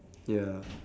ya